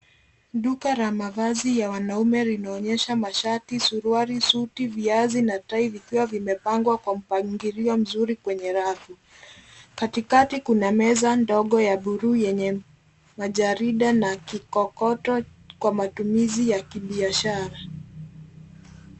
Duka la mavazi ya wanaume linaonyesha mashati, suruali, suti, viatu na tai vikiwa vimepangwa kwa mpangilio mzuri kwenye rafu. Katikati kuna meza ndogo ya buluu yenye majarida na kikokoto kwa matumizi ya kibiashara.